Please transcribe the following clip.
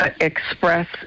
express